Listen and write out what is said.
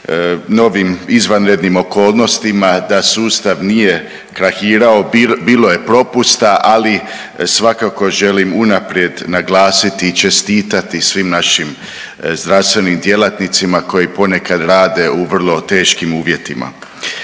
novim izvanrednim okolnostima da sustav nije krahirao, bilo je propusta, ali svakako želim unaprijed naglasiti i čestitati svim našim zdravstvenim djelatnicima koji ponekad rade u vrlo teškim uvjetima.